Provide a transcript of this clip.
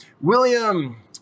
William